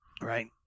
Right